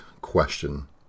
question